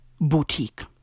boutique